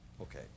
Okay